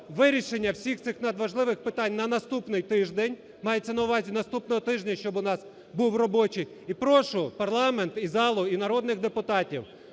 вирішення всіх цих надважливих питань на наступний тиждень. Мається на увазі, наступного тижня щоб у нас був робочій і прошу парламент і залу, і народних депутатів,